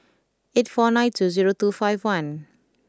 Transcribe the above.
eight four nine two zero two five one